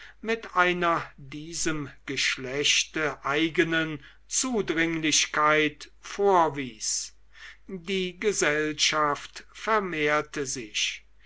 mit einer diesem geschlechte eigenen zudringlichkeit vorwies die gesellschaft vermehrte sich